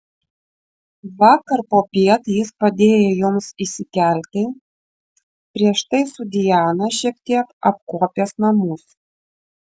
vakar popiet jis padėjo joms įsikelti prieš tai su diana šiek tiek apkuopęs namus